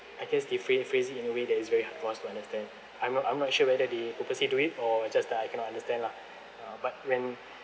I guess they phra~ phrased it in a way that is very hard for us to understand I'm not I'm not sure whether they purposely do it or just that I cannot understand lah uh but when